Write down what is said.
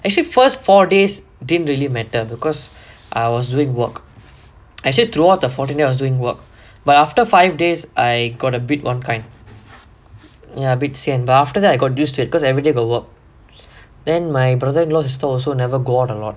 actually first four days didn't really matter because I was doing work actually throughout the fourteen day I was doing work but after five days I got a bit one kind ya a bit sian but after that I got used to it because everyday go work then my brother sister all also never go out